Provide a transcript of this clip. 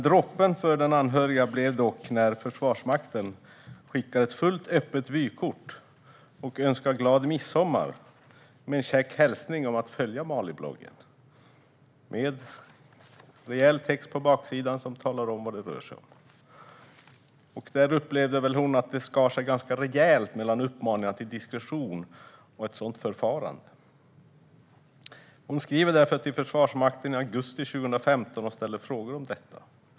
Droppen för den anhöriga blev dock när Försvarsmakten skickade ett fullt öppet vykort och önskade glad midsommar med en käck hälsning om att följa Malibloggen. Det var en rejäl text på baksidan som talar om vad det rör sig om. Hon upplevde att det skar sig ganska rejält mellan uppmaningarna till diskretion och sådant förfarande. Hon skrev därför till Försvarsmakten i augusti 2015 och ställde frågor om detta.